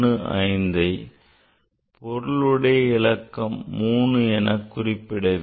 15ஐ பொருளுடைய இலக்கம் 3 என குறிப்பிட வேண்டும்